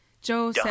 Joe